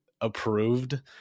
approved